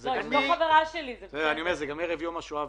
זה אחד מהמקורות התקציביים.